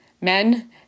men